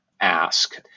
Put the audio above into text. ask